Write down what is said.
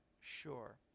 sure